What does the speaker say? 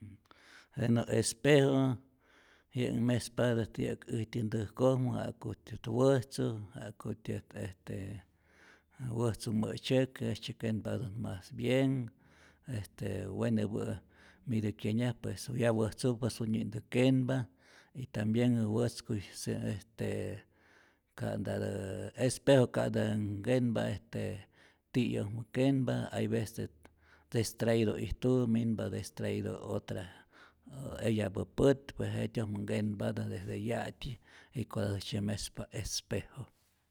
Jenä espejo yä'k mespatä yä'k äjtyä ntäjkojmä ja'kutyät wäjtzu, ja'kutyät este wäjtzu mä'tzyäki jejtzye kenpatät mas bien, este wenepä' mitä kyenyaj, pues ya wäjtzupä sunyi'ntä kenpa y tambien wätzkuy se este ka'ntatää espejo ka'ntatä nkenpa este ti'yojmä kenpa, hay veces distraido ijtutä minpa distraido otra eyapä pät, pues jetyojmä nkenpatä desde ya'tyij, jikotatäjtzye mespa espejo.